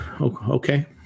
okay